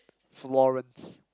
Florence